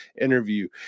interview